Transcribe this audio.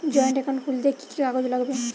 Joint account খুলতে কি কি কাগজ লাগবে?